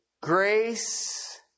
grace